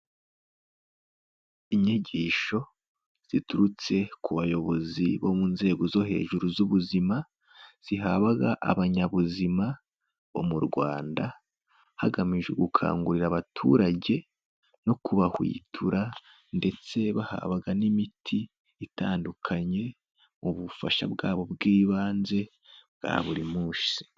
Inyigisho ziturutse ku bayobozi bo mu nzego zo hejuru z'ubuzima, zihabwaga abanyabuzima bo mu Rwanda, hagamijwe gukangurira abaturage no kubahwitura ndetse bahabwa n'imiti itandukanye mu bufasha bwabo bw'ibanze bwa buri munsi.